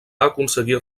aconseguir